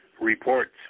reports